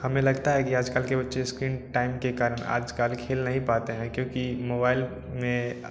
हमें लगता है कि आज कल के बच्चे स्क्रीन टाइम के कारण आजकल खेल नहीं पाते हैं क्योंकि मोबाइल में